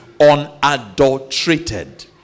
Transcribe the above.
unadulterated